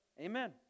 amen